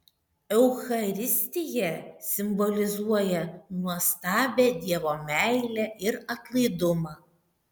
eucharistija simbolizuoja nuostabią dievo meilę ir atlaidumą